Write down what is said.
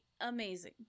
amazing